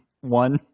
one